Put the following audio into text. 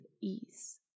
ease